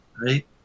right